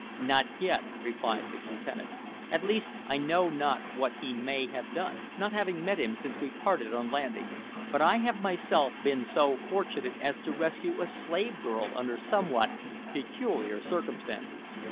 not yet, replied the lieutenant at least i know not what he may have done, not having met him since we parted on landing but i have myself been so fortunate as to rescue a slave-girl under somewhat peculiar circumstances.